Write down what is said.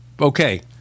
okay